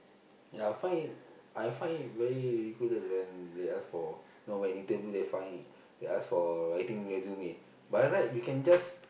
ya I find it I find it very ridiculous when they ask for you know when interview they find it they ask for writing resume by right you can just